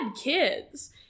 kids